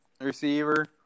receiver